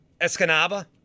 Escanaba